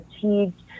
fatigued